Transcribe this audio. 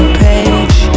page